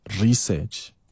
research